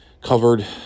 covered